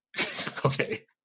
Okay